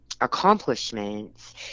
accomplishments